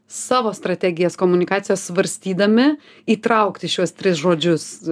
savo strategijas komunikacijos svarstydami įtraukti šiuos tris žodžius